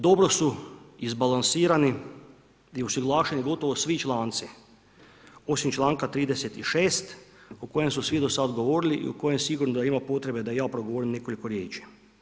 Dobro su izbalansirani i usuglašeni gotovo svi članci osim članka 36. o kojem su svo do sad govorili u kojem sigurno ima potrebe da i ja progovorim nekoliko riječi.